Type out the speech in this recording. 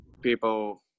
people